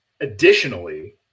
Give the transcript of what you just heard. Additionally